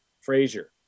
Frazier